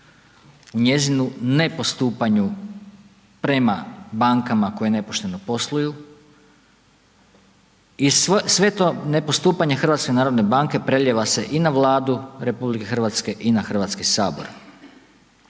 njezinu nepostupanju prema bankama koje nepošteno posluju i sve to nepostupanje HNB-a prelijeva se i na Vladu RH i na Hrvatski sabor.